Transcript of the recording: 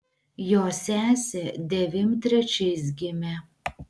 jo sesė devym trečiais gimė